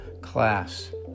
class